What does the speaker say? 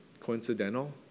coincidental